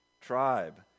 tribe